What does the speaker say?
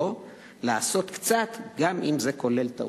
או לעשות קצת, גם אם זה כולל טעות.